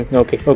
okay